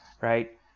right